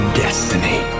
destiny